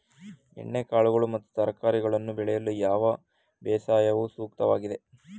ಎಣ್ಣೆಕಾಳುಗಳು ಮತ್ತು ತರಕಾರಿಗಳನ್ನು ಬೆಳೆಯಲು ಯಾವ ಬೇಸಾಯವು ಸೂಕ್ತವಾಗಿದೆ?